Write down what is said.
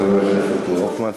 תודה לחבר הכנסת הופמן.